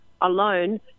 alone